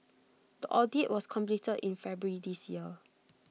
the audit was completed in February this year